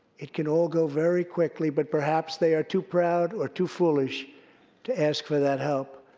it can all go very quickly, but perhaps they are too proud or too foolish to ask for that help.